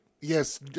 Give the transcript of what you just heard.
Yes